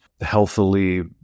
healthily